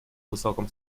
высоком